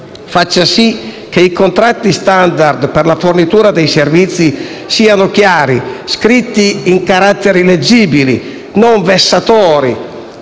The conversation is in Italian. faccia sì che i contratti *standard* per la fornitura dei servizi siano chiari, scritti in caratteri leggibili, non vessatori;